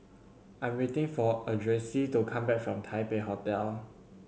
I am waiting for Ardyce to come back from Taipei Hotel